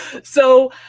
so,